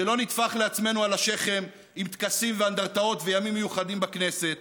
שלא נטפח לעצמנו על השכם בטקסים ואנדרטאות וימים מיוחדים בכנסת,